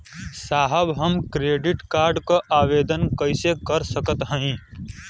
साहब हम credit card क आवेदन कइसे कर सकत हई?